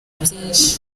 byinshi